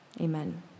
amen